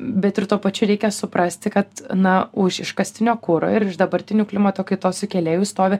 bet ir tuo pačiu reikia suprasti kad na už iškastinio kuro ir už dabartinių klimato kaitos sukėlėjų stovi